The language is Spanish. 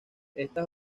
estas